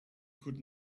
could